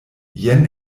jen